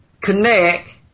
connect